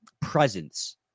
presence